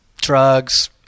drugs